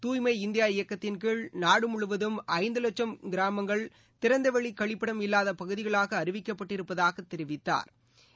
தூய்மை இந்தியா இயக்கத்தின் கீழ் நாடு முழுவதும் ஐந்து வட்சும் கிரராமங்கள் திறந்தவெளி கழிப்பிடம் இல்லாத பகுதிகளாக அறிவிக்கப் பட்டிருப்பதாகத் தெரிவித்தாா்